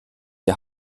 der